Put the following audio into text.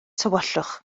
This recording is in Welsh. tywyllwch